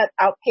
outpatient